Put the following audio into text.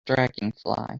dragonfly